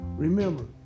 Remember